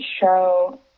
show